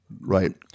right